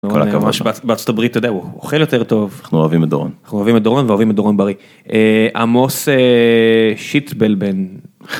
-כל הכבוד. -ממש, בארצות הברית, אתה יודע, הוא אוכל יותר טוב. -אנחנו אוהבים את דורון. -אנחנו אוהבים את דורון ואוהבים את דורון בריא. אה... עמוס שיטבלבן.